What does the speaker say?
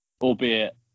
albeit